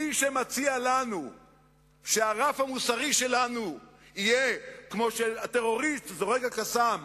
מי שמציע לנו שהרף המוסרי שלנו יהיה כמו של הטרוריסט זורק ה"קסאם"